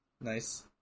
Nice